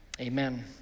Amen